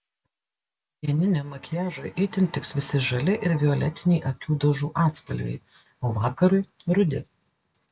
dieniniam makiažui itin tiks visi žali ir violetiniai akių dažų atspalviai o vakarui rudi